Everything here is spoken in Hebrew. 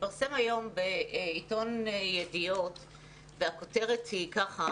התפרסמה היום כותרת בעיתון ידיעות אחרונות: